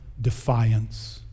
defiance